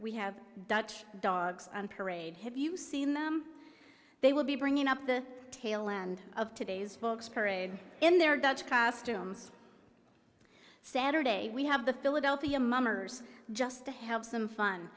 we have dutch dogs on parade have you seen them they will be bringing up the tail end of today's folks parade in their dutch past saturday we have the philadelphia mummers just to help some fun